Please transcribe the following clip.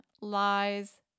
lies